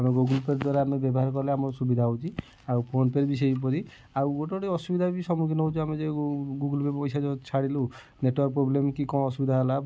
ଆମେ Google Pay ଦ୍ଵାରା ଆମେ ବ୍ୟବହାର କଲେ ଆମର ସୁବିଧା ହେଉଛି ଆଉ ଫୋନ୍ପେରେ ବି ସେଇ ପରି ଆଉ ଗୋଟେ ଗୋଟେ ଅସୁବିଧା ବି ସମ୍ମୁଖୀନ ହେଉଛୁ ଆମେ ଯେଉଁ ଗୁଗଲ୍ ପେ ପଇସା ଯେଉଁ ଛାଡ଼ିଲୁ ନେଟୱାର୍କ୍ ପ୍ରୋବଲେମ୍ କି କ'ଣ ଅସୁବିଧା ହେଲା